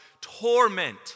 Torment